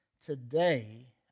today